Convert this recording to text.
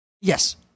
Yes